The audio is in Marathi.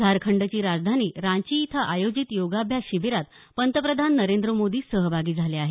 झारखंडची राजधानी रांची इथं आयोजित योगाभ्यास शिबीरात पंतप्रधान नरेंद्र मोदी सहभागी झाले आहेत